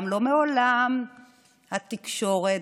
גם לא מעולם התקשורת,